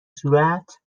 صورت